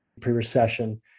pre-recession